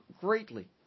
greatly